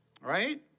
Right